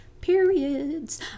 periods